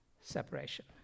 separation